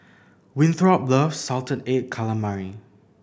Winthrop loves salted egg calamari